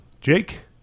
Jake